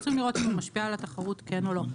אנחנו צריכים לראות אם הוא משפיע על התחרות כן או לא.